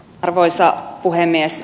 arvoisa puhemies